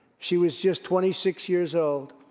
she was just twenty six years old.